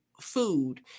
food